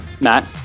Matt